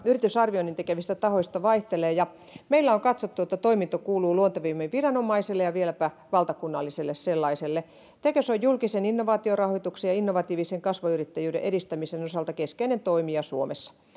yritysarvioinnin tekevistä tahoista vaihtelevat meillä on katsottu että toiminta kuuluu luontevimmin viranomaisille ja vieläpä valtakunnalliselle sellaiselle tekes on julkisen innovaatiorahoituksen ja innovatiivisen kasvuyrittäjyyden edistämisen osalta keskeinen toimija suomessa